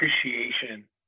appreciation